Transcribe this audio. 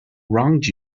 wronged